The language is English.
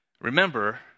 Remember